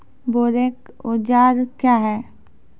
बोरेक औजार क्या हैं?